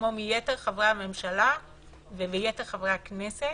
כמו מיתר חברי הממשלה ויתר חברי הכנסת,